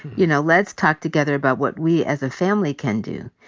you know, let's talk together about what we as a family can do.